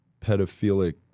pedophilic